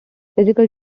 physical